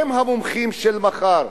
הם המומחים של מחר,